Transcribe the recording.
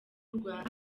rwanda